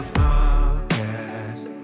podcast